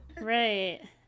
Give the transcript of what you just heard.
Right